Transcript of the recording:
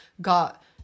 got